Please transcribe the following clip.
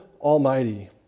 Almighty